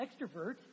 extrovert